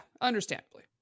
understandably